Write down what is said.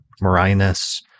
Marinus